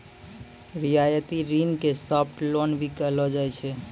रियायती ऋण के सॉफ्ट लोन भी कहलो जाय छै